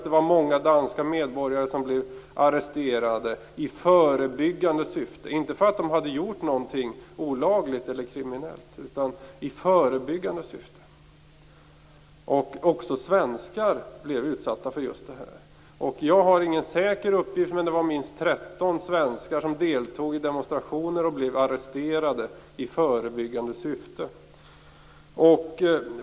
Det var många danska medborgare som blev arresterade i förebyggande syfte, inte för att de hade gjort något olagligt eller kriminellt, utan i förebyggande syfte. Också svenskar blev utsatta. Jag har ingen säker uppgift, men det var minst 13 svenskar som deltog i demonstrationer och blev arresterade i förebyggande syfte.